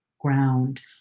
ground